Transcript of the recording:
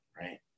right